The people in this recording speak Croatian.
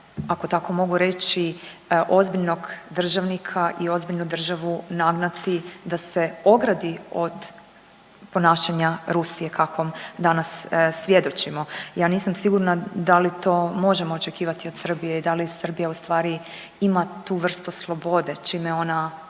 to tako mogu reći ozbiljnog državnika i ozbiljnu državu nagnati da se ogradi od ponašanja Rusije kakvom danas svjedočimo. Ja nisam sigurna da li to možemo očekivati od Srbije i da li Srbija ustvari ima tu vrstu slobode čime je